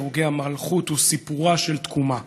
"הרוגי המלכות" הוא סיפור של תקומה,